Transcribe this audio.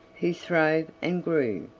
who throve and grew,